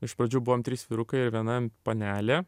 iš pradžių buvom trys vyrukai ir viena panelė